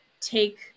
take